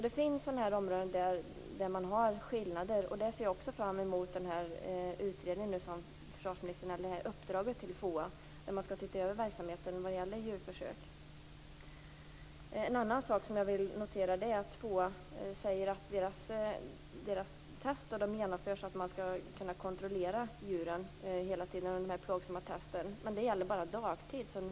Det finns områden där det finns skillnader, och därför ser jag fram emot det uppdrag som har getts FOA att se över verksamheten med djurförsök. En annan sak jag vill notera är att FOA hävdar att djuren skall kontrolleras hela tiden under de plågsamma testen. Men det gäller bara dagtid.